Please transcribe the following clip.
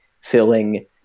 filling